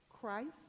Christ